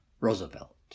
Roosevelt